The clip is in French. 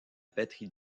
batterie